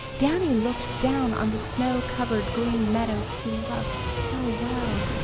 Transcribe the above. danny looked down on the snow-covered green meadows he loved so well.